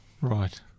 right